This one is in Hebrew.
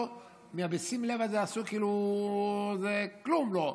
מה"בשים לב" הזה עשו כאילו זה כלום לא.